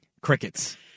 crickets